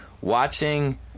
watching